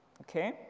Okay